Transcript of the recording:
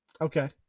Okay